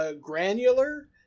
granular